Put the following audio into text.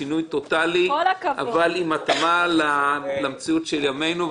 שינוי טוטלי עם התאמה למציאות של ימנו.